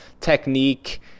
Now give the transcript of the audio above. technique